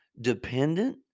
dependent